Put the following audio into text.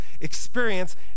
experience